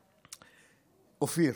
אופיר,